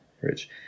Rich